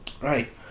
Right